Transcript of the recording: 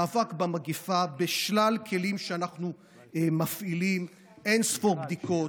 מאבק במגפה בשלל כלים שאנחנו מפעילים: אין-ספור בדיקות,